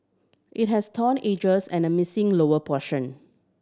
it has torn edges and a missing lower portion